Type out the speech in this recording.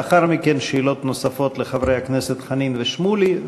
לאחר מכן שאלות נוספות לחברי הכנסת חנין ושמולי,